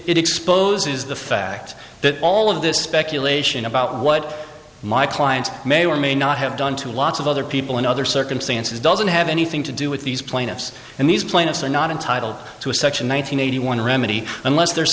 it exposes the fact that all of this speculation about what my clients may or may not have done to lots of other people in other circumstances doesn't have anything to do with these plaintiffs and these plaintiffs are not entitled to a section one thousand nine hundred one remedy unless there's